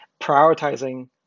prioritizing